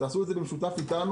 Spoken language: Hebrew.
עשו את זה במשותף אתנו.